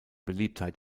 beliebtheit